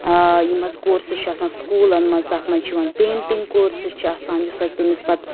آ یِم حظ کورسِز چھِ آسان سکوٗلَن منٛز تَتھ منٛز چھُ یِوان پینٛٹِنٛگ کورسِز چھِ آسان یُس حظ تٔمِس پَتہٕ